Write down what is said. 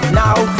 Now